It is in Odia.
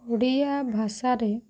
ଓଡ଼ିଆ ଭାଷାରେ